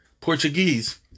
Portuguese